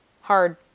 hard